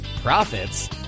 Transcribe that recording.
profits